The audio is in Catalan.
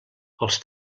els